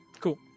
Cool